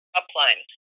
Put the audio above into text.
upline